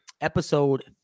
episode